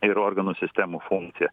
ir organų sistemų funkciją